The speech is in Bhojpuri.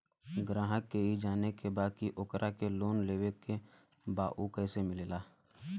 ग्राहक के ई जाने के बा की ओकरा के लोन लेवे के बा ऊ कैसे मिलेला?